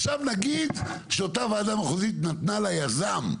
עכשיו נגיד, שאותה וועדה מחוזית נתנה ליזם.